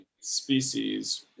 species